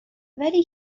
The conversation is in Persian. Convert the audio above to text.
ولی